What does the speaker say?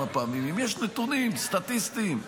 פעמים אם יש נתונים סטטיסטיים שמראים.